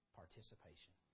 participation